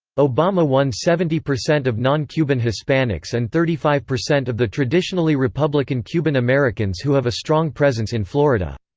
obama won seventy percent of non-cuban hispanics and thirty five percent of the traditionally republican cuban americans who have a strong presence in florida.